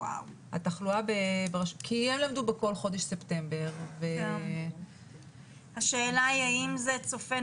כי הם למדו בכל חודש ספטמבר ו --- השאלה האם זה צופן